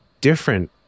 different